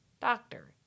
Doctor